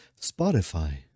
spotify